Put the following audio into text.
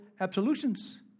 absolutions